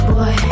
Boy